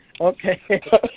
Okay